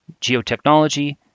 geotechnology